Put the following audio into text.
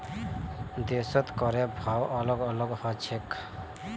देशत करेर भाव अलग अलग ह छेक